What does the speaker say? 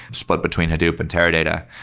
split between hadoop and teradata.